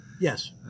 Yes